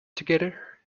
together